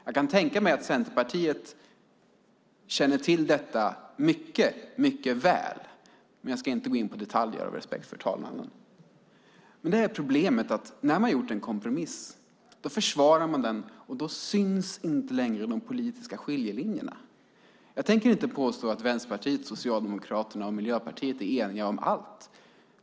Jag kan tänka mig att Centerpartiet känner till detta mycket väl, men jag ska av respekt för talmannen inte gå in på detaljer. Problemet när man har gjort en kompromiss är att då försvarar man den, och då syns inte längre de politiska skiljelinjerna. Jag tänker inte påstå att Vänsterpartiet, Socialdemokraterna och Miljöpartiet är eniga om allt.